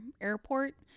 airport